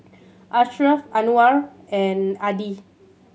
Ashraf Anuar and Adi